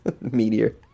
Meteor